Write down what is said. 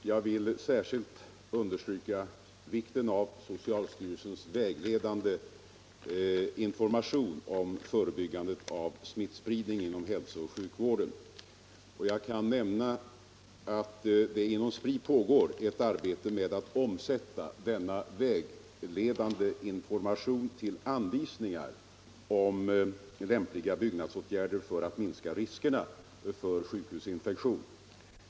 Herr talman! Jag vill särskilt understryka vikten av socialstyrelsens vägledande information om förebyggandet av smittspridning inom hälsooch sjukvården. Jag kan nämna att det inom Spri pågår ett arbete med att omsätta denna vägledande information till anvisningar om lämpliga byggnadsåtgärder för att minska riskerna för sjukhusinfektiön.